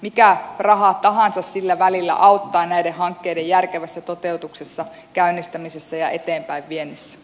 mikä raha tahansa sillä välillä auttaa näiden hankkeiden järkevässä toteutuksessa käynnistämisessä ja eteenpäinviennissä